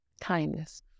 kindness